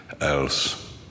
else